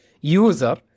user